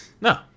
No